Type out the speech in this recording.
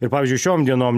ir pavyzdžiui šiom dienom